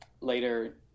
later